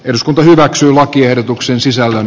eduskunta hyväksyi lakiehdotuksen sisällön